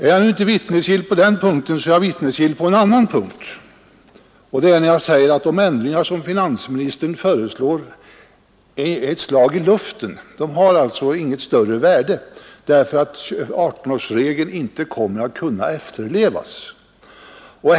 Är jag nu inte vittnesgill på den punkten så är jag vittnesgill på en annan punkt, och det är när jag säger att de ändringar som finansministern föreslår är ett slag i luften. De har inget större värde, eftersom 18-årsregeln inte kommer att kunna efterlevas.